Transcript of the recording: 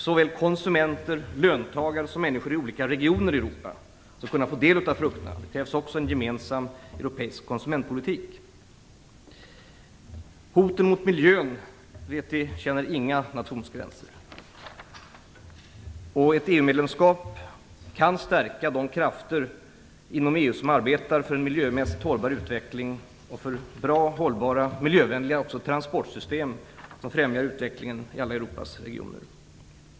Såväl konsumenter och löntagare som människor i olika regioner i Europa skall kunna få del av frukterna. Det krävs också en gemensam europeisk konsumentpolitik. Hoten mot miljön känner inga nationsgränser. Det vet vi. Ett EU-medlemskap kan stärka de krafter inom EU som arbetar för en miljömässigt hållbar utveckling och för bra, hållbara och miljövänliga transportsystem som främjar utvecklingen i Europas alla regioner.